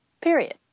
Period